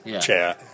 chair